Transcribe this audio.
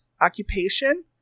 occupation